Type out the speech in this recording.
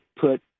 put